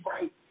right